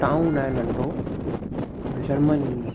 town आहे नंढो German में